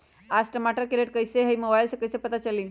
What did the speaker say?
आज टमाटर के रेट कईसे हैं मोबाईल से कईसे पता चली?